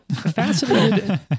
fascinated